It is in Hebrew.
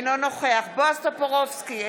אינו נוכח בועז טופורובסקי,